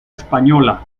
española